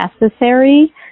necessary